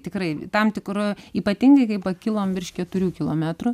tikrai tam tikru ypatingai kai pakilom virš keturių kilometrų